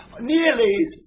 Nearly